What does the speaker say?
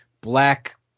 black